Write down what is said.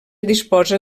disposa